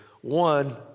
One